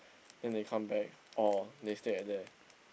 then they come back or they stay at there